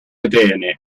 atene